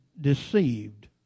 deceived